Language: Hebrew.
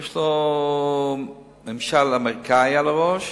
יש לו ממשל אמריקני על הראש,